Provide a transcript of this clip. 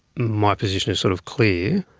my position is sort of clear.